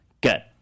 Good